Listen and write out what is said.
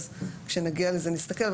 אז כשנגיע לזה נסתכל,